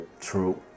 True